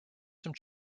some